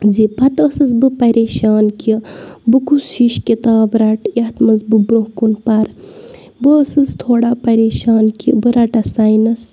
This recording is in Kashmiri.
زِ پَتہٕ ٲسٕس بہٕ پَریشان کہِ بہٕ کۄس ہِش کِتاب رَٹہٕ یَتھ منٛز بہٕ برٛونٛہہ کُن پَرٕ بہٕ ٲسٕس تھوڑا پَریشان کہِ بہٕ رَٹَہ سایِنَس